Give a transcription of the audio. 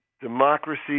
Democracy